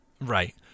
Right